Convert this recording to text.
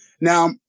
Now